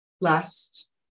last